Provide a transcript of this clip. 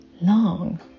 long